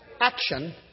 Action